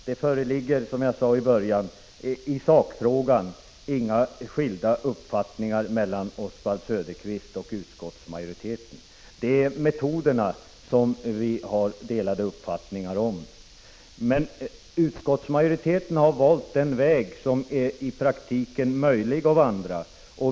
Det föreligger, som jag sade i början av mitt anförande, i sakfrågan inga skiljaktigheter mellan Oswald Söderqvists och utskottsmajoritetens uppfattning. Det är metoderna som vi har delade meningar om. Men utskottsmajoriteten har valt den väg som i praktiken är möjlig att vandra.